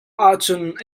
ahcun